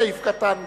לגבי סעיף קטן (ג).